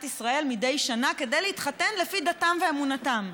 ישראל מדי שנה כדי להתחתן לפי דתם ואמונתם.